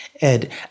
Ed